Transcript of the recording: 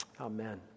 Amen